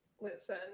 Listen